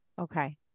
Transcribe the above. Okay